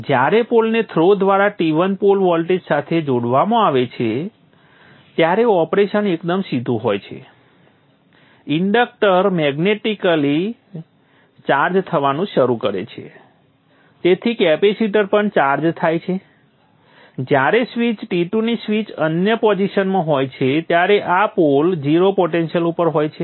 જ્યારે પોલને થ્રો દ્વારા T1 પોલ વોલ્ટેજ સાથે જોડવામાં આવે છે ત્યારે ઓપરેશન એકદમ સીધું હોય છે ઇન્ડક્ટર મૅગ્નેટિકેલી ચાર્જ થવાનું શરૂ કરે છે તેથી કેપેસિટર પણ ચાર્જ થાય છે જ્યારે સ્વીચ T2 ની સ્વિચ અન્ય પોજીશનમાં હોય છે ત્યારે આ પોલ 0 પોટેન્શિયલ ઉપર હોય છે